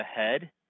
ahead